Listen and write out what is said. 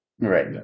right